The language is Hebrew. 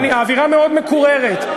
האווירה מאוד מקוררת,